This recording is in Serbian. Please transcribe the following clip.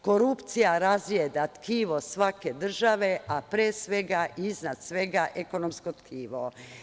Korupcija razjeda tkivo svake države, a pre svega i iznad svega ekonomsko tkivo.